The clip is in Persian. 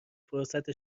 فرصت